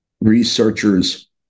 researchers